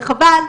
וחבל,